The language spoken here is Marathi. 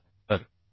तर ते 3